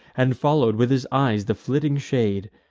and follow'd with his eyes the flitting shade,